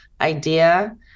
idea